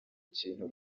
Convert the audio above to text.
kintu